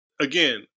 again